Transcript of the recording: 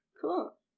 Cool